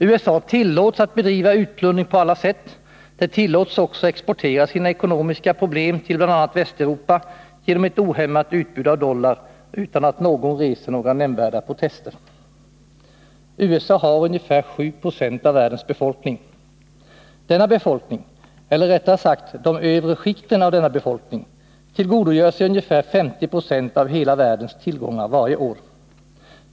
USA tillåts att bedriva utplundring på alla sätt; det tillåts också exportera sina ekonomiska problem till bl.a. Västeuropa genom ett ohämmat utbud av dollar utan att någon reser några nämnvärda protester. USA har ungefär 7 9o av världens befolkning. Denna befolkning, eller rättare sagt de övre skikten av denna befolkning, tillgodogör sig ungefär 50 96 av hela världens tillgångar varje år.